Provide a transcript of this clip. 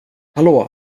hallå